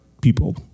people